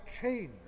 change